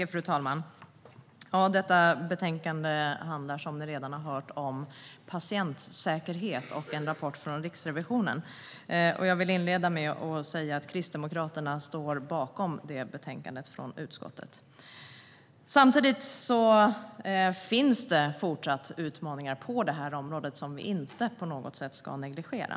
Fru talman! Detta betänkande handlar om patientsäkerhet och en rapport från Riksrevisionen. Jag vill inleda med att säga att Kristdemokraterna står bakom betänkandet från utskottet. Samtidigt finns det fortsatt utmaningar på det här området som vi inte på något sätt ska negligera.